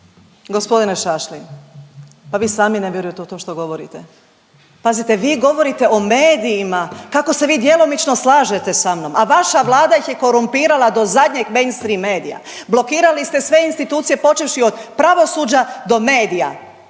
Gospodine Šašlin, pa vi sami ne vjerujete u to što govorite. Pazite, vi govorite o medijima kako se vi djelomično slažete sa mnom, a vaša Vlada ih je korumpirala do zadnjeg mainstream medija, blokirali ste sve institucije počevši od pravosuđa do medija,